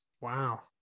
Wow